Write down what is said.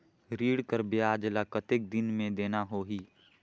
ऋण कर ब्याज ला कतेक दिन मे देना होही?